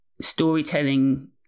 storytelling